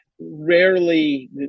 rarely